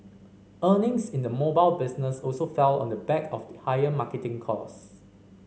earnings in the mobile business also fell on the back of the higher marketing cost